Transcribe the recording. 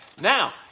Now